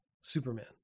superman